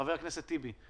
חבר הכנסת טיבי,